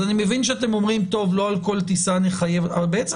אני מבין שאתם אומרים שלא על כל טיסה נחייב אבל בעצם